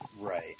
Right